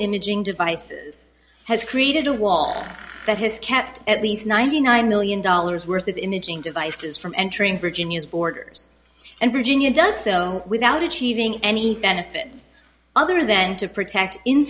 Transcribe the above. imaging devices has created a wall that has kept at least ninety nine million dollars worth of imaging devices from entering virginia's borders and virginia does so without achieving any benefits other than to protect in